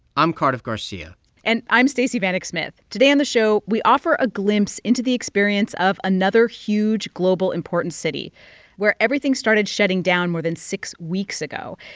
i'm cardiff garcia and i'm stacey vanek smith. today on the show, we offer a glimpse into the experience of another huge, global, important city where everything started shutting down more than six weeks ago.